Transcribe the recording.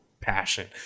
passion